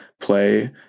play